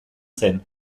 zen